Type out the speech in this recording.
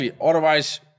Otherwise